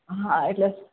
હા એટલે